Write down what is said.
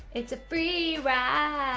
it's a free ride.